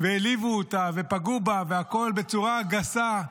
והעליבו אותה ופגעו בה, והכול בצורה גסה?